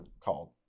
called